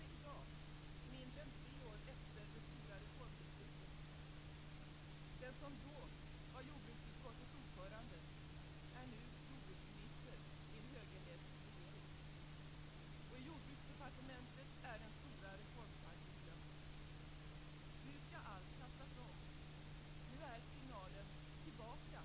Det borde rimligtvis betyda att departementets uppgifter också minskar.